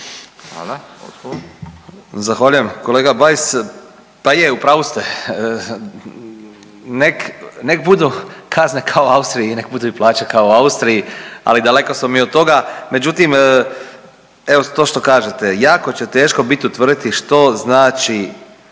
Zahvaljujem kolega Bajs, pa je u pravu ste. Nek, nek budu kazne kao u Austriji i nek budu plaće kao u Austriji, ali daleko smo mi od toga. Međutim, evo to što kažete. Jako će teško biti utvrditi što znači